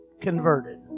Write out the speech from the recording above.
converted